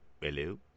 hello